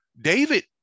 David